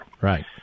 Right